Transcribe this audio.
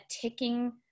ticking